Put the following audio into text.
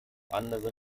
andere